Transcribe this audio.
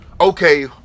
okay